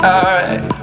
Alright